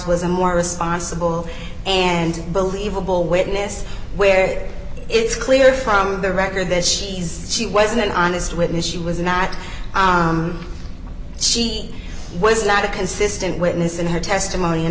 was a more responsible and believable witness where it's clear from the record that she's she was an honest witness she was not she was not a consistent witness in her testimony